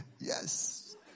Yes